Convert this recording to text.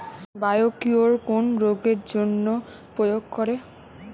Biocure কোন রোগেরজন্য প্রয়োগ করে?